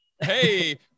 Hey